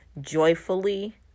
joyfully